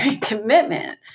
commitment